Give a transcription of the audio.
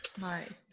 Nice